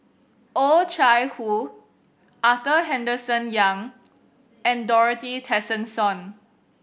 Oh Chai Hoo Arthur Henderson Young and Dorothy Tessensohn